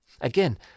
Again